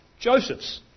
Joseph's